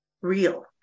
real